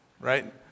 Right